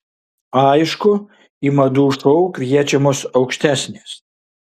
aišku į madų šou kviečiamos aukštesnės